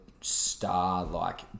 star-like